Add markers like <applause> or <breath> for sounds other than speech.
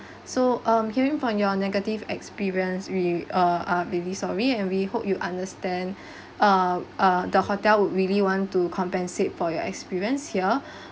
so um hearing from your negative experience we are are really sorry and we hope you understand <breath> uh uh the hotel would really want to compensate for your experience here <breath>